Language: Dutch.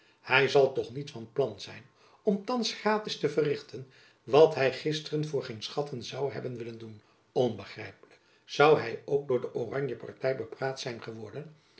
hy zal toch niet van plan zijn om thands gratis te verrichten wat hy gisteren voor geen schatten zoû hebben willen doen onbegrijpelijk zoû hy ook door de oranjeparty bepraat zijn geworden